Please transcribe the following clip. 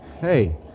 Hey